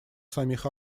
самих